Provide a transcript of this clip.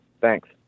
Thanks